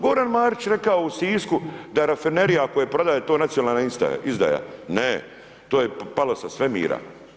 Goran Marić je rekao u Sisku da rafinerija ako je prodaje to je nacionalna izdaja, ne, to je palo sa svemira.